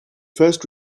first